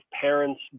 parents